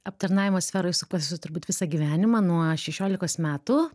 aptarnavimo sferoj sukuosi turbūt visą gyvenimą nuo šešiolikos metų